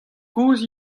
gozh